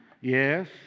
Yes